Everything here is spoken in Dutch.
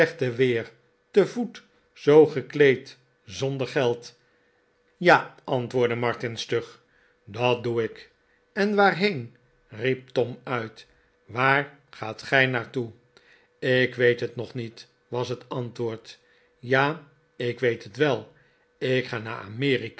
weer te voet zoo gekleed zorider geld ja antwoordde martin stug dat doe ik en waarheen riep tom uit waar gaat gij naar toe ik weet het niet was het antwoord ja ik weet het wel ik ga naar